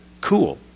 cool